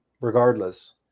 regardless